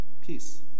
Peace